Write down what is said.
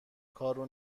کارو